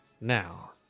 now